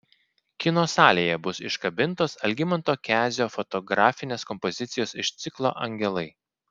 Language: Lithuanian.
kino salėje bus iškabintos algimanto kezio fotografinės kompozicijos iš ciklo angelai